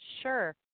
Sure